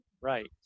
right